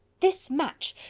this match,